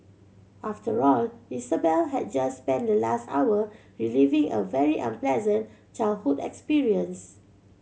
after all Isabel had just spent the last hour reliving a very unpleasant childhood experience